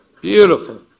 Beautiful